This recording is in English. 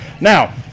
Now